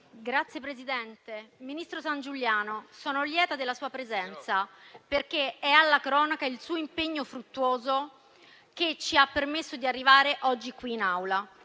Signor Presidente, signor ministro Sangiuliano, sono lieta della sua presenza, perché è alla cronaca il suo impegno fruttuoso, che ci ha permesso di arrivare oggi qui in Aula.